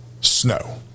snow